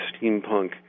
steampunk